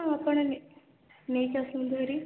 ହଁ ଆପଣ ନେ ନେଇକି ଆସନ୍ତୁ ଭାରି